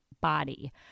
body